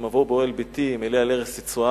אם אבוא באוהל ביתי אם אעלה על ערש יצועי,